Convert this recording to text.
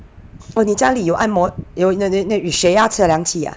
oh 你家里有按摩有有有血压测量器 ah